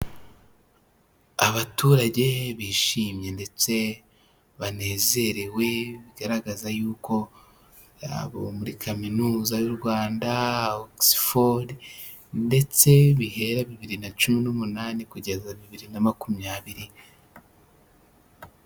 Abaturage bishimye ndetse banezerewe, bigaragaza y'uko ari abo muri kaminuza y'u Rwanda Okisifodi ,ndetse bihera bibiri na cumi n'umunani kugeza bibiri na makumyabiri.